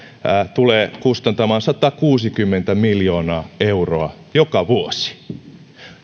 tulee kustantamaan satakuusikymmentä miljoonaa euroa joka vuosi